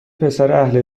پسراهل